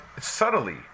subtly